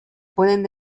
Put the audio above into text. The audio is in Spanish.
pueden